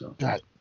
Right